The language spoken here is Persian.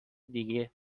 دیگه